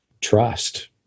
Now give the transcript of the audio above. trust